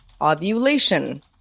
ovulation